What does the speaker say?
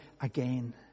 again